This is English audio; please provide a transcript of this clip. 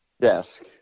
desk